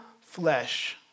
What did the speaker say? flesh